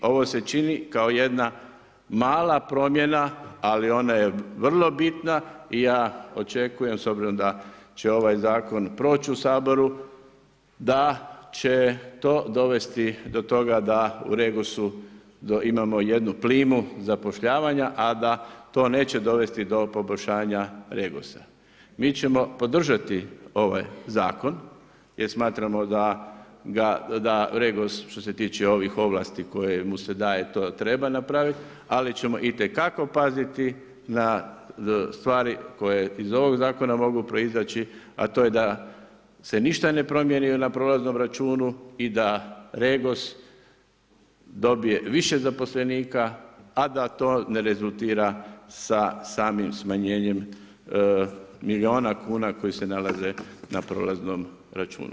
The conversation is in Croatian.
I ovo se čini kao jedna mala promjena ali ona je vrlo bitna i ja očekujem s obzirom da će ovaj zakon proći u Saboru, da će to dovesti do toga da u REGOS-u imamo jednu plimu zapošljavanja a da to neće dovesti do poboljšanja REGOS-a Mi ćemo podržati ovaj zakon jer smatramo da REGOS što se tiče ovlasti koje mu se daje to treba napraviti, ali ćemo itekako paziti na stvari koje iz ovog zakona mogu proizaći a to je da se ništa ne promijeni na prolaznom računi i da REGOS dobije više zaposlenika a da to ne rezultira sa samim smanjenjem milijuna kuna koji se nalaze na prolaznom računu.